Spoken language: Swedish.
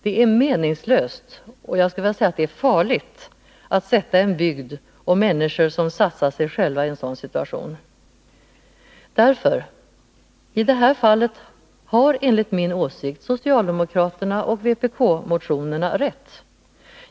Det är meningslöst och jag skulle vilja säga att det är farligt att sätta en bygd och människor, som satsar sig själva, i en sådan situation. I det här fallet har enligt min åsikt den socialdemokratiska motionen och vpk-motionen rätt.